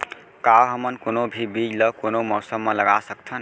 का हमन कोनो भी बीज ला कोनो मौसम म लगा सकथन?